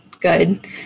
good